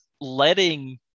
letting